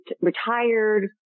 retired